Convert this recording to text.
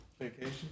vacation